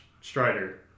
Strider